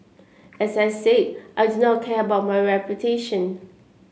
as I said I do not care about my reputation